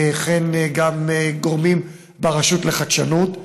וכן גם גורמים ברשות לחדשנות.